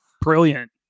brilliant